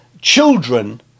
children